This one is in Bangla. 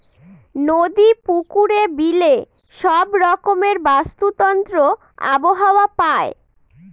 নদী, পুকুরে, বিলে সব রকমের বাস্তুতন্ত্র আবহাওয়া পায়